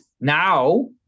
now